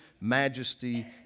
majesty